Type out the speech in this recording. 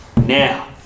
Now